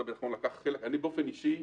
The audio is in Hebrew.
אני באופן אישי